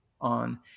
on